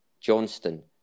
Johnston